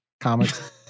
comics